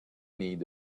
need